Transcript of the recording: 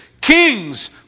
kings